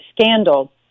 scandal